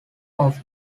off